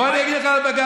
בוא אני אגיד לך על בג"ץ.